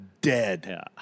dead